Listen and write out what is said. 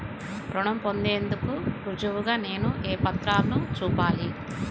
రుణం పొందేందుకు రుజువుగా నేను ఏ పత్రాలను చూపాలి?